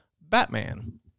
Batman